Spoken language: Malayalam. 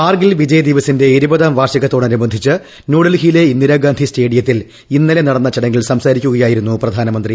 കാർഗിൽ വിജയ് ദിവസിന്റെ ഇരുപതാം വാർഷികത്തോടനുബന്ധിച്ച് ന്യൂഡൽഹിയിലെ ഇന്ദിരാഗാന്ധി സ്റ്റേഡിയത്തിൽ ഇന്നലെ നടന്ന ചടങ്ങിൽ സംസാരിക്കുകയായിരുന്നു പ്രധാനമന്ത്രി